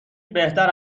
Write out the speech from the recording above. بهتر